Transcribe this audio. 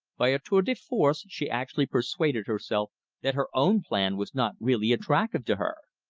by a tour de force she actually persuaded herself that her own plan was not really attractive to her.